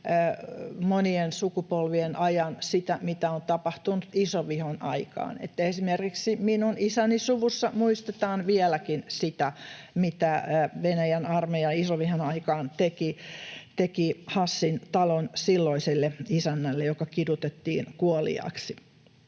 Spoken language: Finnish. monien sukupolvien ajan sitä, mitä on tapahtunut isovihan aikaan. Esimerkiksi minun isäni suvussa muistetaan vieläkin sitä, mitä Venäjän armeija isovihan aikaan teki Hassin talon silloiselle isännälle, joka kidutettiin kuoliaaksi.